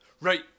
Right